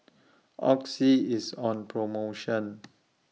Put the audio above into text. Oxy IS on promotion